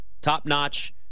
Top-notch